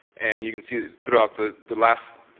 and you can see, throughout the the last